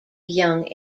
young